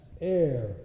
air